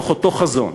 ומתוך אותו חזון: